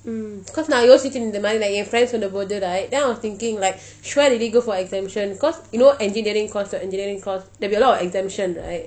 mm cause நான் யோசித்து இருந்தேன் என்:naan yochitu irunthaen en friends சொல்லும் போது:sollum pothu right then I was thinking like should I really go for exemption cause you know engineering course uh engineering course the there will be a lot of exemption right